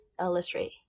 illustrate